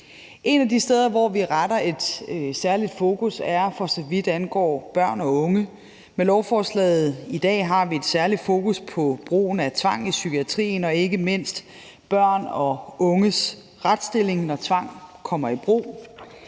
Et af de steder, hvor vi retter et særligt fokus, er på børn og unge. Med lovforslaget i dag har vi et særligt fokus på brugen af tvang i psykiatrien og ikke mindst på børn og unges retsstilling, når tvang kommer i brug.